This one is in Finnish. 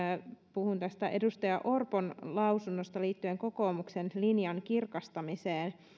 puhun edustaja orpon lausunnosta liittyen kokoomuksen linjan kirkastamiseen